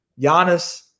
Giannis